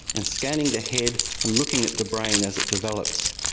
and scanning the head and looking at the brain as it develops.